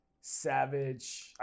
Savage